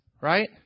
right